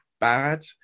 bad